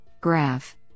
graph